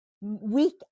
week